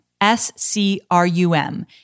S-C-R-U-M